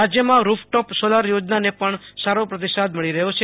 રાજયમાં rooftop solar યોજનાને પણ સારો પ્રતિસાદ મળી રહ્યો છે